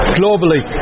globally